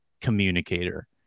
communicator